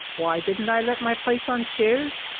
why didn't i let my place on shares?